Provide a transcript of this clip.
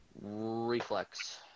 reflex